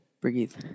breathe